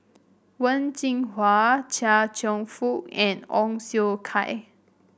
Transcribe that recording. Wen Jinhua Chia Cheong Fook and Ong Siong Kai